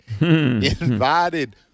invited